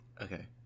Okay